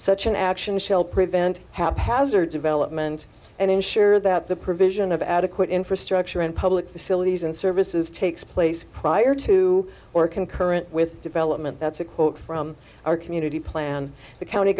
shell prevent haphazard development and ensure that the provision of adequate infrastructure and public facilities and services takes place prior to or concurrent with development that's a quote from our community plan the county